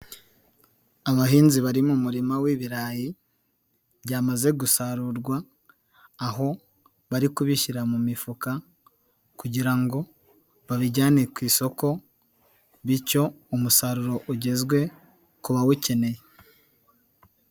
Abahinzi bari mu murima w'ibirayi byamaze gusarurwa, aho bari kubishyira mu mifuka kugira ngo babijyane ku isoko bityo umusaruro ugezwe ku bawukeneye.